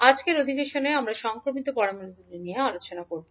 আজকের অধিবেশনে আমরা সংক্রমণ প্যারামিটারগুলি সম্পর্কে আলোচনা করব